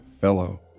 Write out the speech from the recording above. Fellow